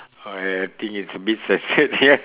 I think it's a bit censored ya